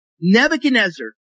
Nebuchadnezzar